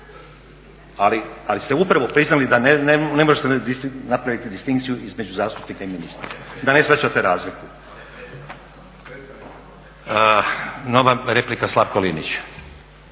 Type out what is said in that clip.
ali ste upravo priznali da ne možete napraviti distinkciju između zastupnika i ministra, da ne shvaćate razliku. … /Upadica se ne